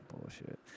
bullshit